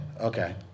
okay